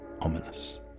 ominous